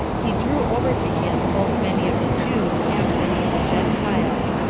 he drew over to him both many of the jews and many of the gentiles.